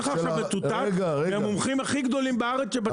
לך עכשיו מצוטט מהמומחים הכי גדולים בארץ שבדקו את זה.